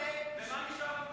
מה נשאר במינהל?